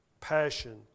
passion